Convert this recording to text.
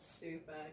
super